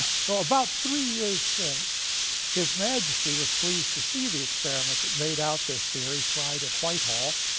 so about three years since his majesty was pleased to see the experiment that made out this theory, tried at white hall,